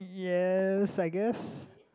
yes I guess